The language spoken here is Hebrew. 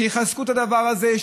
שיחזקו את הדבר הזה,